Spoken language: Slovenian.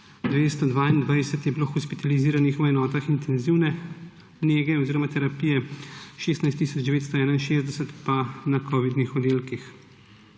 jih je bilo hospitaliziranih v enotah intenzivne nege oziroma terapije, 16 tisoč 961 pa na covidnih oddelkih.